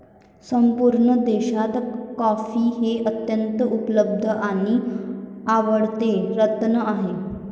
संपूर्ण देशात कॉफी हे अत्यंत उपलब्ध आणि आवडते रत्न आहे